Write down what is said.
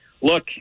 look